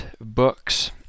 books